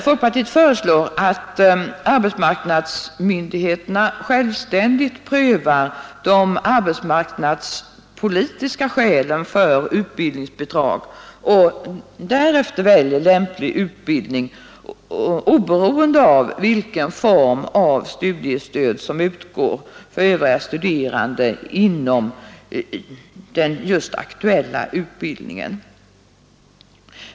Folkpartiet föreslår att arbetsmarknadsmyndigheterna självständigt prövar de arbetsmarknadspolitiska skälen för utbildningsbidrag och därefter väljer lämplig utbildning, oavsett vilken form av studiestöd som utgår för övriga studerande inom den aktuella utbildningen.